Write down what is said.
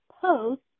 post